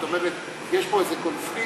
זאת אומרת, יש פה איזה קונפליקט.